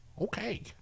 Okay